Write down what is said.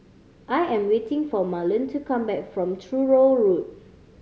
I am waiting for Marlon to come back from Truro Road